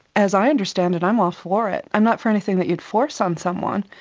as i understand it i'm all for it. i'm not for anything that you'd force on someone,